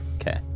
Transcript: Okay